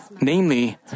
namely